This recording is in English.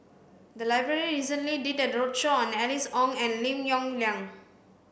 the library recently did a roadshow on Alice Ong and Lim Yong Liang